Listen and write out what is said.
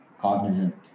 cognizant